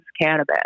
cannabis